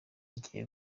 ngiye